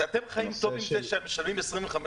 אתם חיים טוב עם זה שמשלמים 25%?